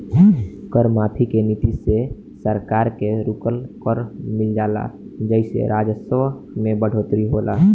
कर माफी के नीति से सरकार के रुकल कर मिल जाला जेइसे राजस्व में बढ़ोतरी होला